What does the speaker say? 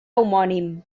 homònim